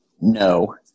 No